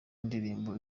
indirimbo